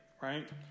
right